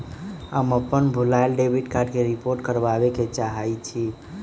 हम अपन भूलायल डेबिट कार्ड के रिपोर्ट करावे के चाहई छी